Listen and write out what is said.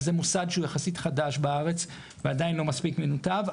זה מוסד שהוא יחסית חדש בארץ ועדיין לא מספיק מנותב,